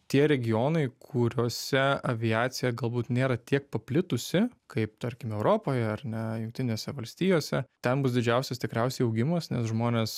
tie regionai kuriuose aviacija galbūt nėra tiek paplitusi kaip tarkime europoje ar ne jungtinėse valstijose ten bus didžiausias tikriausiai augimas nes žmonės